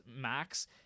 max